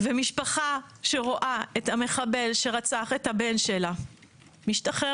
משפחה שרואה את המחבל שרצח את הבן שלה משתחרר